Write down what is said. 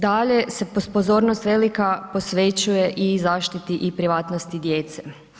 Dalje se pozornost velika posvećuje i zaštiti i privatnosti djece.